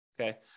Okay